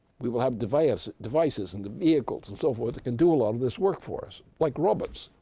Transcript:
we will have devices devices and vehicles and so forth that can do a lot of this work for us, like robots.